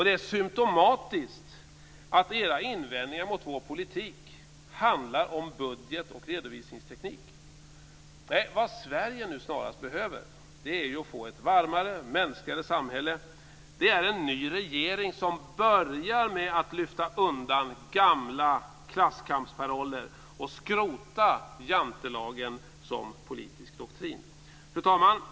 Det är symtomatiskt att era invändningar mot vår politik handlar om budget och redovisningsteknik. Nej, vad Sverige nu snarast behöver för att få ett varmare och mänskligare samhälle är en ny regering som börjar med att lyfta undan gamla klasskampsparoller och att skrota jantelagen som politisk doktrin. Fru talman!